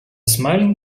smiling